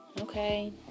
Okay